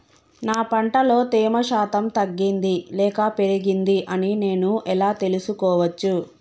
నా పంట లో తేమ శాతం తగ్గింది లేక పెరిగింది అని నేను ఎలా తెలుసుకోవచ్చు?